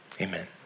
amen